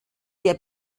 der